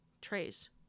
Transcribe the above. trays